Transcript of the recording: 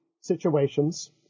situations